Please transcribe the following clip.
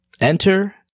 Enter